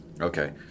Okay